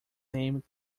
name